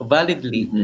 Validly